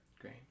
Great